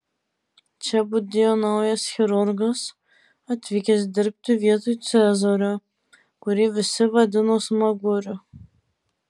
čia budėjo naujas chirurgas atvykęs dirbti vietoj cezario kurį visi vadino smaguriu